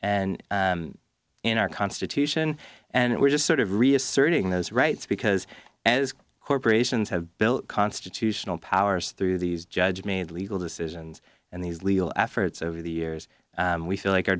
and in our constitution and we're just sort of reasserting those rights because as corporations have built constitutional powers through these judge made legal decisions and these legal efforts over the years we feel like our